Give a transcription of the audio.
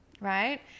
right